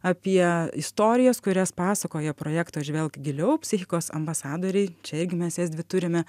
apie istorijas kurias pasakoja projekto žvelk giliau psichikos ambasadoriai čia irgi mes jas dvi turime